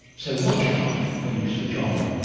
so watch out when you switch on.